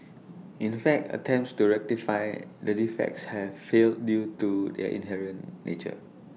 in fact attempts to rectify the defects have failed due to their inherent nature